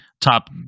top